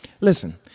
listen